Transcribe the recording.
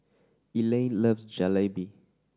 Elayne loves Jalebi